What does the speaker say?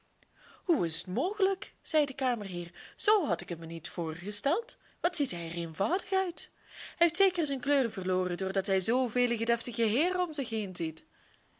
hoe is t mogelijk zei de kamerheer zoo had ik hem mij niet voorgesteld wat ziet hij er eenvoudig uit hij heeft zeker zijn kleur verloren doordat hij zoo vele deftige heeren om zich heen ziet